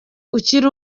akiri